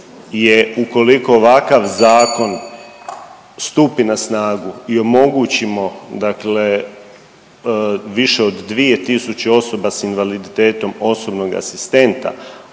ukoliko ovakav zakon stupi na snagu i omogućimo dakle više od 2.000 osoba s invaliditetom osobnog asistenta,